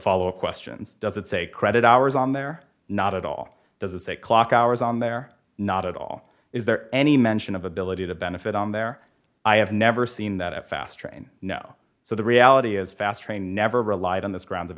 follow up question does it say credit hours on their not at all does it say clock hours on their not at all is there any mention of ability to benefit on their i have never seen that a fast train know so the reality is fast train never relied on the grounds of